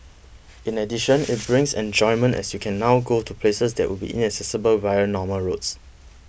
in addition it brings enjoyment as you can now go to places that would be inaccessible via normal roads